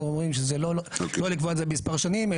אנחנו אומרים לא לקבוע את זה למספר שנים,